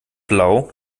blau